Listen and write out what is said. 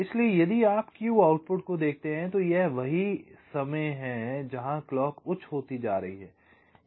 इसलिए यदि आप Q आउटपुट को देखते हैं तो यही वह समय है जहां क्लॉक उच्च होती जा रही है